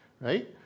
right